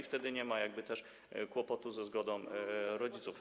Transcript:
Wtedy nie ma też kłopotu ze zgodą rodziców.